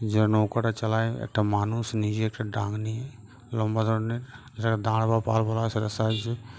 যারা নৌকাটা চালায় একটা মানুষ নিজে একটা দাড় নিয়ে লম্বা ধরনের যেটা দাঁড় বা পাল বলা হয় সেটার সাহায্যে